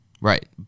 Right